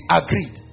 agreed